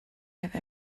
have